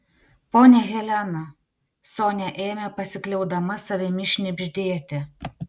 ponia helena sonia ėmė pasikliaudama savimi šnibždėti